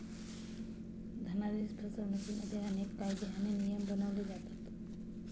धनादेश फसवणुकिमध्ये अनेक कायदे आणि नियम बनवले जातात